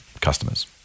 customers